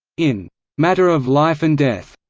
in matter of life and death,